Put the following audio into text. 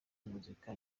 muzika